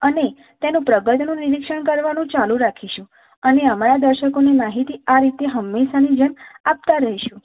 અને તેનું પ્રગતિનું નિરીક્ષણ કરવાનું ચાલું રાખીશું અને અમારા દર્શકોને માહિતી આ રીતે હંમેશાની જેમ આપતા રહીશું